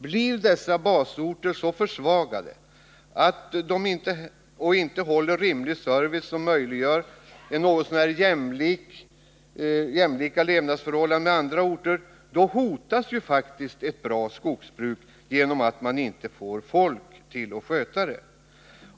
Blir dessa basorter så försvagade att de inte håller rimlig service och har något så när jämlika förhållanden jämfört med andra orter, hotas faktiskt ett bra skogsbruk på grund av att man inte får människor som sköter det.